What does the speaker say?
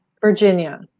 Virginia